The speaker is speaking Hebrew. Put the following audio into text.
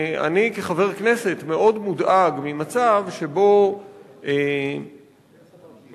אני כחבר כנסת מאוד מודאג ממצב שבו עקב